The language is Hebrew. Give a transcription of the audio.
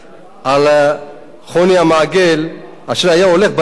על חוני המעגל, אשר היה הולך בדרך,